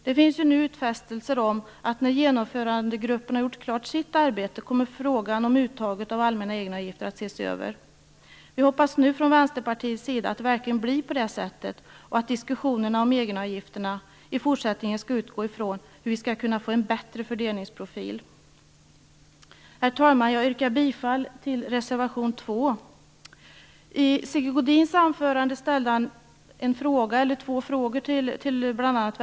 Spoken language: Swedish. Det finns nu utfästelser om att frågan om uttaget av allmänna egenavgifter kommer att ses över när Genomförandegruppen har gjort klart sitt arbete. Inom Vänsterpartiet hoppas vi att det verkligen blir på det sättet och att diskussionerna om egenavgifterna i fortsättningen skall utgå från hur vi skall kunna få en bättre fördelningsprofil. Herr talman! Jag yrkar bifall till reservation 2. Sigge Godin ställde i sitt anförande två frågor till bl.a.